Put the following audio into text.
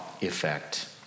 effect